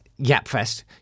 Yapfest